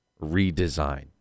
redesign